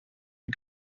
een